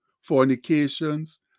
fornications